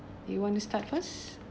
you want to start first